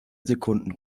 sekunden